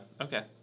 Okay